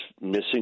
missing